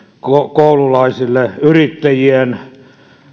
koululaisille yrittäjien